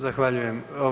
Zahvaljujem.